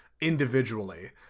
individually